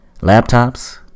laptops